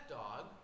dog